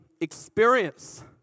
experience